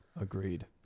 Agreed